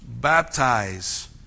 baptize